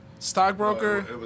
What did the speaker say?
Stockbroker